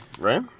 right